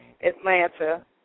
Atlanta